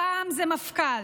פעם זה מפכ"ל.